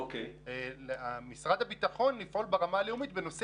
על משרד הביטחון לפעול ברמה הלאומית בנושא